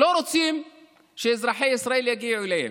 לא רוצים שאזרחי ישראל יגיעו אליהן,